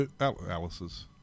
Alice's